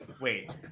wait